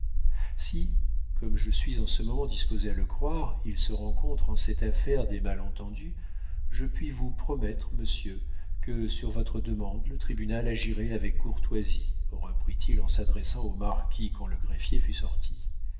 si comme je suis en ce moment disposé à le croire il se rencontre en cette affaire des malentendus je puis vous promettre monsieur que sur votre demande le tribunal agirait avec courtoisie reprit-il en s'adressant au marquis quand le greffier fut sorti